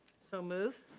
so moved.